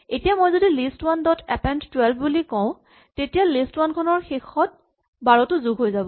এতিয়া যদি মই লিষ্ট ৱান ডট এপেন্ড ১২ বুলি কওঁ তেতিয়া লিষ্ট ৱান খনৰ শেষত ১২ টো যোগ হ'ব